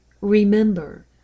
Remember